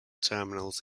terminals